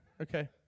Okay